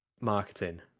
marketing